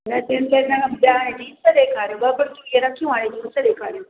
न टिनि चइनि न ॿिया जिन्स ॾेखारियो ॿ कुर्तियूं इहे रखियूं हाणे जिन्स ॾेखारियो